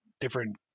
different